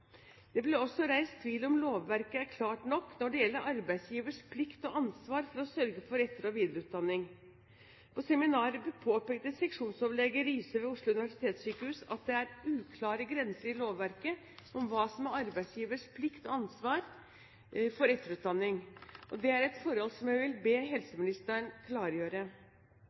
Det ble også reist tvil om lovverket er klart nok når det gjelder arbeidsgivers plikt til og ansvar for å sørge for etter- og videreutdanning. På seminaret påpekte seksjonsoverlege Risøe ved Oslo universitetssykehus at det er uklare grenser i lovverket om hva som er arbeidsgivers plikt og ansvar når det gjelder etterutdanning. Det er et forhold som jeg vil be helseministeren klargjøre.